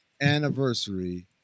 anniversary